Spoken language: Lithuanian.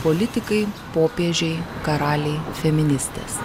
politikai popiežiai karaliai feministės